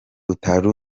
utari